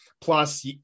Plus